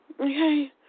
Okay